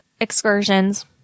excursions